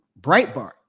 Breitbart